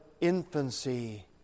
infancy